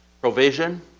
provision